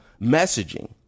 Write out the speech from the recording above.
messaging